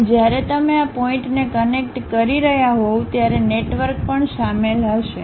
અને જ્યારે તમે આ પોઇન્ટને કનેક્ટ કરી રહ્યા હોવ ત્યારે નેટવર્ક પણ શામેલ થશે